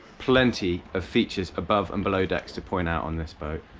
plenty of features above and below decks to point out on this boat,